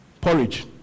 porridge